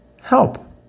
help